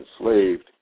enslaved